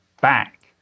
back